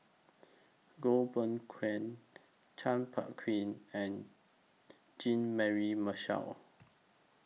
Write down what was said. Goh Beng Kwan Chua Phung Kim and Jean Mary Marshall